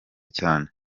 cyane